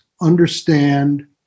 understand